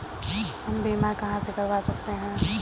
हम बीमा कहां से करवा सकते हैं?